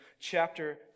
chapter